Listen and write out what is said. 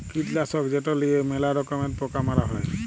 কীটলাসক যেট লিঁয়ে ম্যালা রকমের পকা মারা হ্যয়